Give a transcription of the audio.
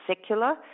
secular